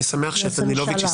אני שמח שעל דנילוביץ'